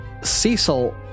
cecil